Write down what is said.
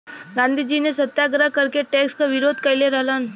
गांधीजी ने सत्याग्रह करके टैक्स क विरोध कइले रहलन